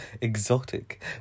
exotic